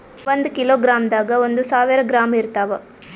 ಒಂದ್ ಕಿಲೋಗ್ರಾಂದಾಗ ಒಂದು ಸಾವಿರ ಗ್ರಾಂ ಇರತಾವ